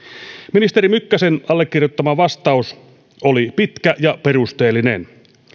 ministeri mykkäsen allekirjoittama vastaus oli pitkä ja perusteellinen